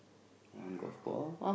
one golf ball